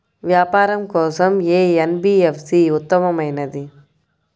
వ్యాపారం కోసం ఏ ఎన్.బీ.ఎఫ్.సి ఉత్తమమైనది?